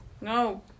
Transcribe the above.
No